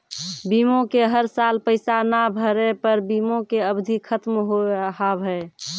बीमा के हर साल पैसा ना भरे पर बीमा के अवधि खत्म हो हाव हाय?